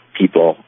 people